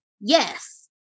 Yes